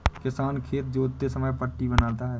किसान खेत जोतते समय पट्टी बनाता है